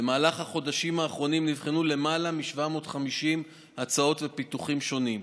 במהלך החודשים האחרונים נבחנו למעלה מ-750 הצעות ופיתוחים שונים.